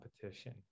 competition